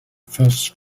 first